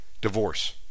Divorce